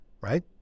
right